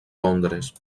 londres